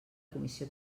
comissió